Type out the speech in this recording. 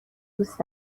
دوست